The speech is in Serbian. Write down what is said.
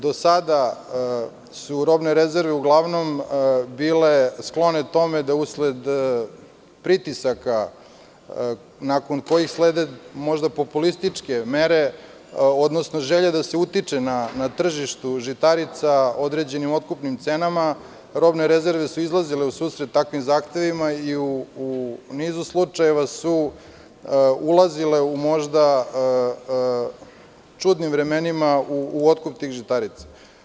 Do sada su robne rezerve uglavnom bile sklone tome da usled pritisaka, nakon kojih slede možda populističke mere, odnosno želje da se utiče na tržištu žitarica određenim otkupnim cenama, robne rezerve su izlazile u susret takvim zahtevima i u nizu slučajeva su ulazile u možda čudnim vremenima u otkup tih žitarica.